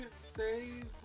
save